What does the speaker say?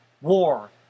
war